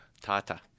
Tata